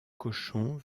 cochons